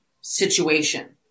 situation